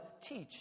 teach